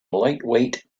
lightweight